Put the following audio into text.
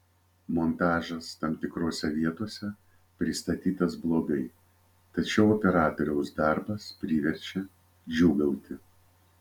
montažas tam tikrose vietose pristatytas blogai tačiau operatoriaus darbas priverčia džiūgauti